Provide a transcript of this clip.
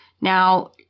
Now